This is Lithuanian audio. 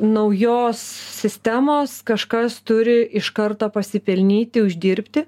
naujos sistemos kažkas turi iš karto pasipelnyti uždirbti